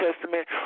Testament